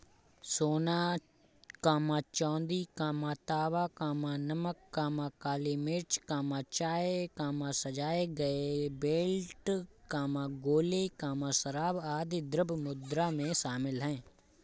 सोना, चांदी, तांबा, नमक, काली मिर्च, चाय, सजाए गए बेल्ट, गोले, शराब, आदि द्रव्य मुद्रा में शामिल हैं